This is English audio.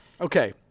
Okay